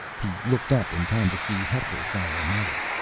he looked up in time to see hector fire another.